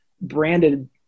branded